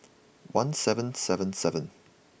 one seven seven seven